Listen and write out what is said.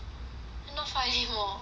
no far in hor